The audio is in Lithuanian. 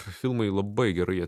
filmai labai gerai jie